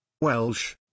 Welsh